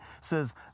Says